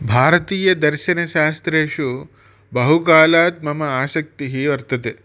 भारतीयदर्शनशास्त्रेषु बहुकालात् मम आसक्तिः वर्तते